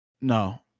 No